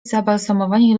zabalsamowani